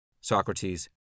Socrates